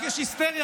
רק יש היסטריה,